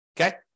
Okay